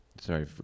Sorry